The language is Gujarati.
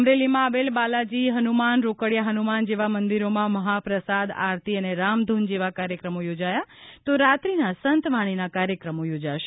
અમરેલીમાં આવેલ બાલાજી હનુમાન રોકડીયા હનુમાન જેવા મંદિરોમાં મહાપ્રસાદ આરતી અને રામધૂન જેવા કાર્યક્રમો યોજાયા તો રાત્રિના સંતવાણીના કાર્યક્રમ યોજાશે